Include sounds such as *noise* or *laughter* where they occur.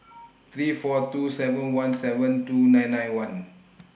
*noise* three four two seven one seven two nine nine one